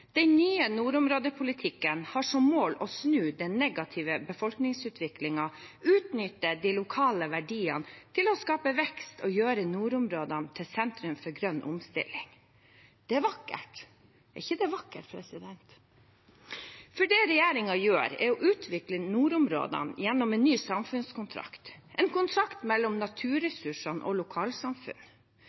nye nordområdepolitikken har som mål å snu den negative befolkningsutviklingen, utnytte de lokale verdiene til å skape vekst, gjøre nordområdene til sentrum for grønn omstilling». Det er vakkert. Er ikke det vakkert? Det regjeringen gjør, er å utvikle nordområdene gjennom en ny samfunnskontrakt, en kontrakt mellom naturressursene og lokalsamfunn.